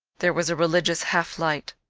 there was a religious half light.